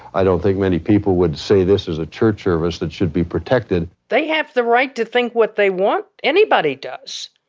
i don't think many people would see this as a church service that should be protected. they have the right to think what they want. anybody does.